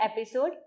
episode